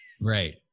Right